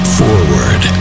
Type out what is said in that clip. forward